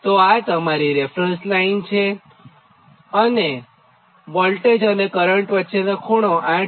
તો આ તમારી રેફરન્સ લાઇન છે અને તો વોલ્ટેજ અને કરંટ વચ્ચેનો ખૂણો 8